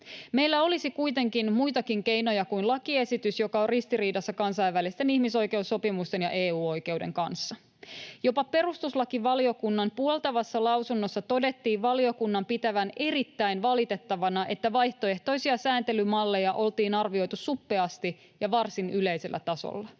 Meillä olisi kuitenkin muitakin keinoja kuin lakiesitys, joka on ristiriidassa kansainvälisten ihmisoikeussopimusten ja EU-oikeuden kanssa. Jopa perustuslakivaliokunnan puoltavassa lausunnossa todettiin valiokunnan pitävän erittäin valitettavana, että vaihtoehtoisia sääntelymalleja oltiin arvioitu suppeasti ja varsin yleisellä tasolla.